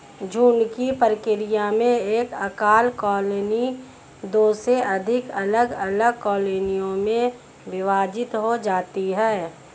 झुंड की प्रक्रिया में एक एकल कॉलोनी दो से अधिक अलग अलग कॉलोनियों में विभाजित हो जाती है